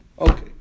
Okay